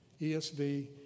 ESV